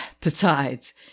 Besides